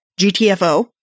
GTFO